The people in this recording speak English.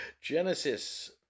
genesis